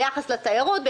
ביחס לתיירות,